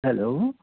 hello